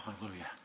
hallelujah